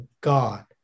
God